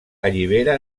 allibera